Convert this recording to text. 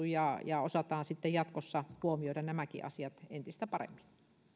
ja ja osataan sitten jatkossa huomioida nämäkin asiat entistä paremmin